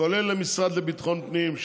כולל המשרד לביטחון פנים,